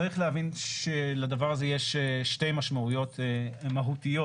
צריך להבין שלדבר הזה יש שתי משמעויות מהותיות